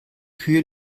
kühe